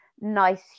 nice